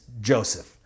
Joseph